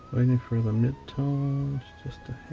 waiting for the midtones just a